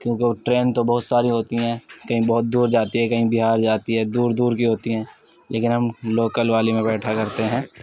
کیونکہ وہ ٹرین تو بہت ساری ہوتی ہیں کہیں بہت دور جاتی ہیں کہیں بہار جاتی ہے دور دور کی ہوتی ہیں لیکن ہم لوکل والی میں بیٹھا کرتے ہیں